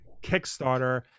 Kickstarter